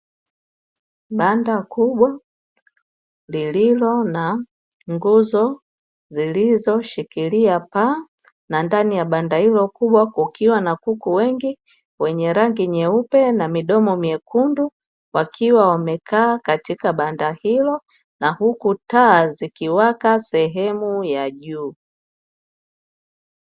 Banda kubwa lililo na nguzo zilizoshikilia paa, na ndani ya banda hilo kubwa kukiwa na kuku wengi wenye rangi nyeupe na midomo mekundu, wakiwa wamekaa katika banda hilo na huku taa zikiwaka sehemu ya juu.